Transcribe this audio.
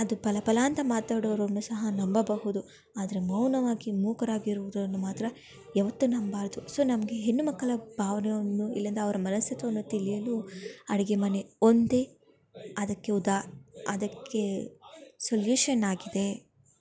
ಅದು ಪಲಪಲ ಅಂತ ಮಾತಾಡೋರನ್ನೂ ಸಹ ನಂಬಬಹುದು ಆದರೆ ಮೌನವಾಗಿ ಮೂಕರಾಗಿ ಇರೋರನ್ನು ಮಾತ್ರ ಯಾವತ್ತೂ ನಂಬಬಾರ್ದು ಸೊ ನಮಗೆ ಹೆಣ್ಣು ಮಕ್ಕಳ ಭಾವ್ನೆಯನ್ನು ಇಲ್ಲಿಂದ ಅವ್ರ ಮನಸ್ಸತ್ವವನ್ನು ತಿಳಿಯಲು ಅಡಿಗೆಮನೆ ಒಂದೇ ಅದಕ್ಕೆ ಉದಾ ಅದಕ್ಕೆ ಸೊಲ್ಯೂಷನ್ ಆಗಿದೆ